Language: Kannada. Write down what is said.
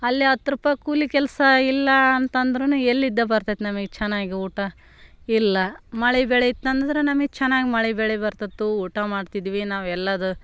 ಅಲ್ಲೇ ಹತ್ತು ರೂಪಾಯಿ ಕೂಲಿ ಕೆಲಸ ಇಲ್ಲ ಅಂತಂದ್ರೂ ಎಲ್ಲಿಂದ ಬರ್ತೈತೆ ನಮಗೆ ಚೆನ್ನಾಗಿ ಊಟ ಇಲ್ಲ ಮಳೆ ಬೆಳೆ ಇತ್ತಂದ್ರೆ ನಮಗೆ ಚೆನ್ನಾಗಿ ಮಳೆ ಬೆಳೆ ಬರ್ತಿತ್ತು ಊಟ ಮಾಡ್ತಿದ್ವಿ ನಾವು ಎಲ್ಲಾರು